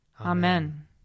Amen